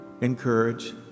encourage